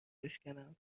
بشکنم، این